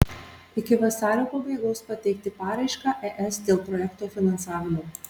iki vasario pabaigos pateikti paraišką es dėl projekto finansavimo